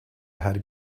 had